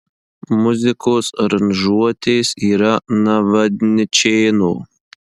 muzikos aranžuotės yra navadničėno